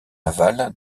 aval